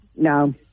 No